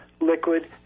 liquid